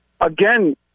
again –